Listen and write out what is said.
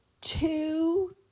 two